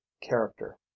character